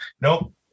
nope